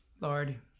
Lord